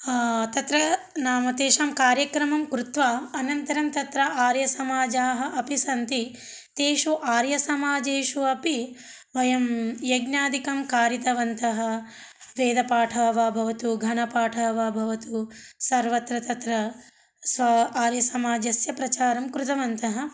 तत्र नाम तेषां कार्यक्रमं कृत्वा अनन्तरं तत्र आर्यसमाजाः अपि सन्ति तेषु आर्यसमाजेषु अपि वयं यज्ञादिकं कारितवन्तः वेदपाठः वा भवतु घनपाठः वा भवतु सर्वत्र तत्र स्वा आर्यसमाजस्य प्रचारं कृतवन्तः